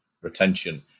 retention